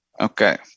Okay